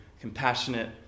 compassionate